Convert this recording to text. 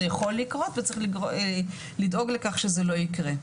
זה יכול לקרות וצריך לדאוג לכך שזה לא יקרה.